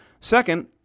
Second